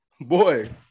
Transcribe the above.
Boy